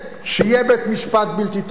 שיהיה בית-משפט בלתי תלוי,